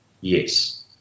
Yes